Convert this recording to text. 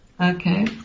Okay